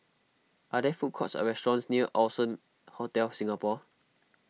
are there food courts or restaurants near Allson Hotel Singapore